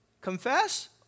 confess